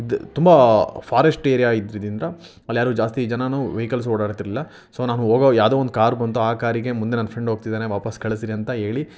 ದ್ ತುಂಬ forest area ಆಗಿದ್ದಿದ್ರಿಂದ ಅಲ್ಲಿ ಯಾರೂ ಜಾಸ್ತಿ ಜನಾನು ವೆಹಿಕಲ್ಸು ಓಡಾಡ್ತಿರಲಿಲ್ಲ ಸೊ ನಾನು ಹೋಗೋ ಯಾವುದೋ ಒಂದು ಕಾರ್ ಬಂದು ಆ ಕಾರಿಗೆ ಮುಂದೆ ನನ್ನ ಫ್ರೆಂಡ್ ಹೋಗ್ತಿದ್ದಾನೆ ವಾಪಸ್ ಕಳಿಸ್ರಿ ಅಂತ ಹೇಳಿ